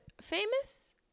famous